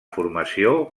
formació